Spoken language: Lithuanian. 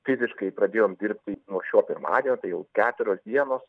fiziškai pradėjom dirbti nuo šio pirmadienio tai jau keturios dienos